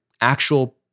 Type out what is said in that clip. actual